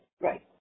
Right